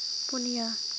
ᱯᱩᱱᱤᱭᱟᱹ